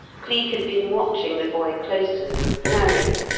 cleek had been watching the boy closely, narrowly,